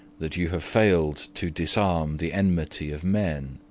that you have failed to disarm the enmity of men?